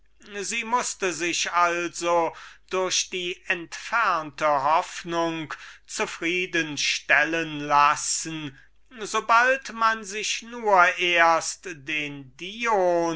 sie mußte sich also durch die hoffnung zufrieden stellen lassen die man ihr machte ihn sobald man sich den dion